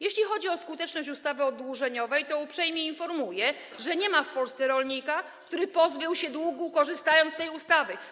Jeśli chodzi o skuteczność ustawy oddłużeniowej, to uprzejmie informuję, że nie ma w Polsce rolnika, który pozbył się długu, korzystając z tej ustawy.